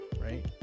right